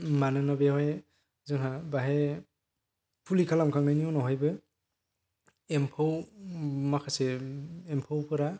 मानोना बेवहाय जोंहा बेवहाय फुलि खालामखांनायनि उनावहायबो एम्फौ माखासे एम्फौफोरा